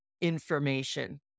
information